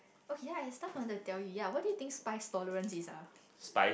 oh ya I have stuff I want to tell ya what do you think spice tolerance is ah